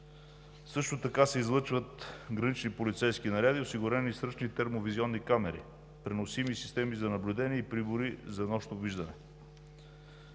Също така се извършват гранични полицейски наряди, осигурени с ръчни и термовизионни камери, преносими системи за наблюдение и прибори за нощно виждане.